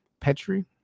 Petri